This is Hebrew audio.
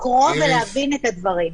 לקרוא ולהבין את הדברים.